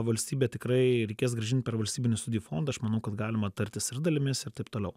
valstybė tikrai reikės grąžint per valstybinių studijų fondą aš manau kad galima tartis ir dalimis ir taip toliau